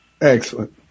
Excellent